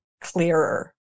clearer